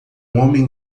homem